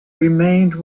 remained